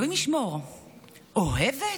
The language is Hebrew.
אלוהים ישמור, אוהבת?